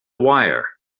wire